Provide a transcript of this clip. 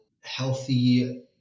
healthy